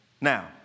Now